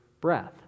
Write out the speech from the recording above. breath